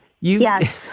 Yes